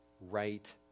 right